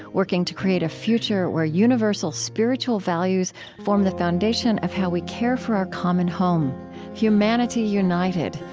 working to create a future where universal spiritual values form the foundation of how we care for our common home humanity united,